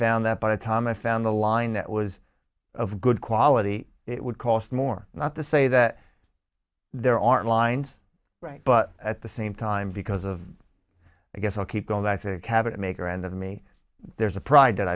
found that by the time i found a line that was of good quality it would cost more not to say that there aren't lines right but at the same time because of the guess i'll keep going that's a cabinet maker and of me there's a pride